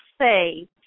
say